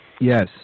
Yes